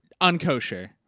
unkosher